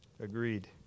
Agreed